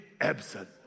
absent